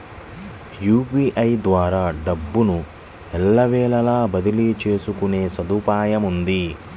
UPI ద్వారా డబ్బును ఎల్లవేళలా బదిలీ చేసుకునే సదుపాయముంది